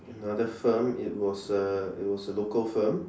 another firm it was a it was a local firm